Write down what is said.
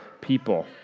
people